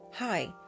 Hi